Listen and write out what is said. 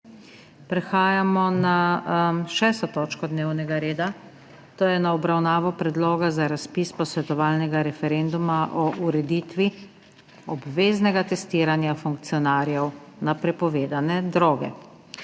**prekinjeno 6. točko dnevnega reda, to je z obravnavo Predloga za razpis posvetovalnega referenduma o uvedbi obveznega testiranja funkcionarjev na prepovedane droge.**